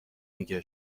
میگه